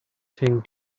thing